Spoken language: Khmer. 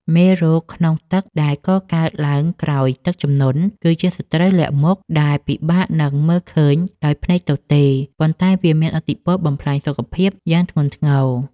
មេរោគក្នុងទឹកដែលកកើតឡើងក្រោយទឹកជំនន់ គឺជាសត្រូវលាក់មុខដែលពិបាកនឹងមើលឃើញដោយភ្នែកទទេ ប៉ុន្តែវាមានឥទ្ធិពលបំផ្លាញសុខភាពយ៉ាងធ្ងន់ធ្ងរ។